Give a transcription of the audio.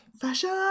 Fashion